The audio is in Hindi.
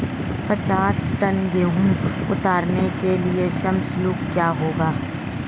पचास टन गेहूँ उतारने के लिए श्रम शुल्क क्या होगा?